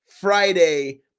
Friday